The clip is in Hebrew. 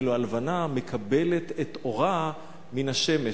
ואילו הלבנה מקבלת את אורה מן השמש,